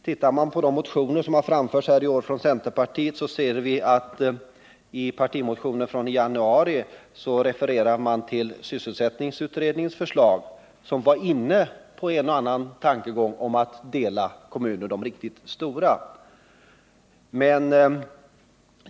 Tittar man på de motioner som framlagts här i riksdagen i år från centerpartiet finner man att i partimotionen i januari refererade centerpartiet till sysselsättningsutredningens förslag, och där var man inne på en och annan tankegång om att dela de riktigt stora kommunerna.